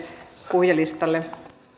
puhujalistalle